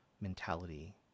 mentality